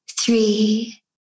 three